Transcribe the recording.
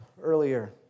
earlier